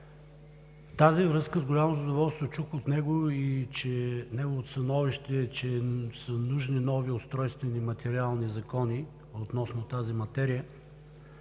тази връзка с голямо задоволство чух от него и становището му, че са нужни нови устройствени материални закони относно тази материя,